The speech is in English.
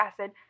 acid